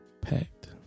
Packed